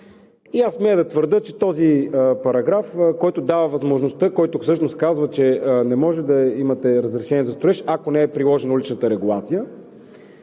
Аз смея да твърдя, че този параграф, който дава възможността, който всъщност казва, че не може да имате разрешение за строеж, ако не е приложена уличната регулация.